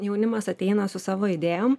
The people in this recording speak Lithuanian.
jaunimas ateina su savo idėjom